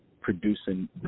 producing